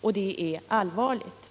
och det är allvarligt.